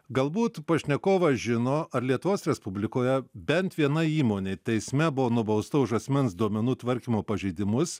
galbūt pašnekovas žino ar lietuvos respublikoje bent viena įmonė teisme buvo nubausta už asmens duomenų tvarkymo pažeidimus